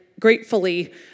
Gratefully